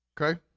okay